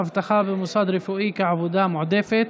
אבטחה במוסד רפואי כעבודה מועדפת).